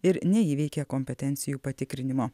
ir neįveikė kompetencijų patikrinimo